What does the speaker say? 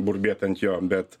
burbėt ant jo bet